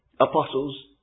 apostles